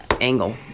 Angle